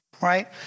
right